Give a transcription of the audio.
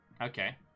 Okay